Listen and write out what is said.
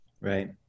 Right